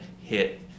hit